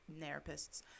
therapists